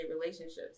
relationships